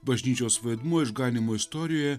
bažnyčios vaidmuo išganymo istorijoje